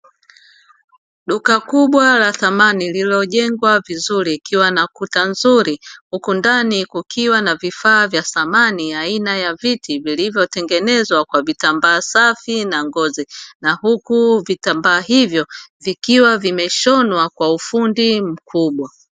Duka kubwa la samani lililojengwa vizuri likiwa na kuta nzuri, huku ndani kukiwa na vifaa vya samani aina ya viti vilivyotengenezwa kwa vitambaa safi na ngozi, na huku vitambaa hivyo vikiwa vimeshonwa kwa ufundi mkubwa.